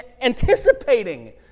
anticipating